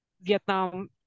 Vietnam